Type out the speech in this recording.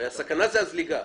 הסכנה היא הזליגה.